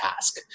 task